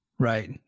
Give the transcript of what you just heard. Right